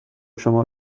شما